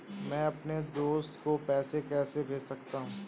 मैं अपने दोस्त को पैसे कैसे भेज सकता हूँ?